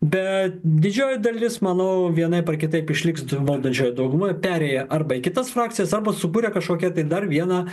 bet didžioji dalis manau vienaip ar kitaip išliks valdančioj daugumoj perėję arba į kitas frakcijas arba sukūrę kažkokią tai dar vieną